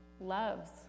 loves